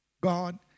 God